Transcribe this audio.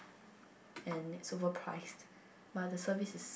and it's overpriced but the service is